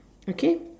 okay